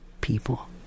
people